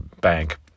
bank